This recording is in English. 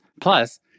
Plus